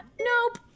Nope